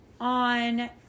on